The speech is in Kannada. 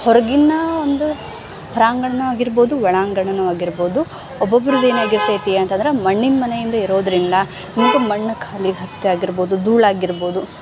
ಹೊರಗಿನ ಒಂದು ಹೊರಾಂಗಣ ಆಗಿರ್ಬೋದು ಒಳಾಂಗಣನು ಆಗಿರ್ಬೋದು ಒಬ್ಬೊಬ್ರದು ಏನಾಗಿರ್ತೈತಿ ಅಂತಂದ್ರೆ ಮಣ್ಣಿನ ಮನೆಯಿಂದು ಇರೋದರಿಂದ ಮಣ್ಣು ಖಾಲಿ ಆಗಿರ್ಬೋದು ಧೂಳಾಗಿರ್ಬೋದು